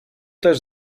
też